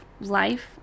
life